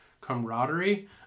Camaraderie